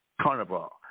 carnival